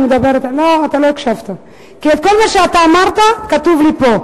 לא, אתה לא הקשבת, כי כל מה שאתה אמרת כתוב לי פה.